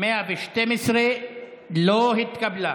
112 לא התקבלה.